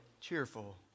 cheerful